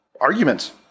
arguments